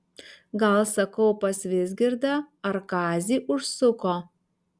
gal sakau pas vizgirdą ar kazį užsuko